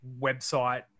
website